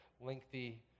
lengthy